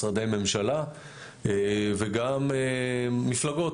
משרדי ממשלה וגם מפלגות.